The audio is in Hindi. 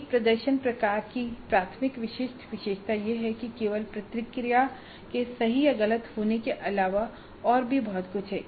एक प्रदर्शन प्रकार की प्राथमिक विशिष्ट विशेषता यह है कि केवल प्रतिक्रिया के सही या गलत होने के अलावा और भी बहुत कुछ है